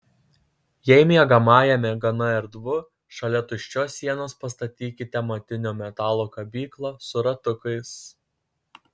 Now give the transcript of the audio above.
jei miegamajame gana erdvu šalia tuščios sienos pastatykite matinio metalo kabyklą su ratukais